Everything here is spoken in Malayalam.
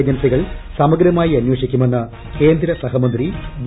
ഏജൻസികൾ സമഗ്രമായി അന്വേഷിക്കുമെന്ന് കേന്ദ്ര സഹമന്ത്രി വി